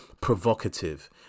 provocative